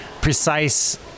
precise